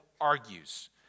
argues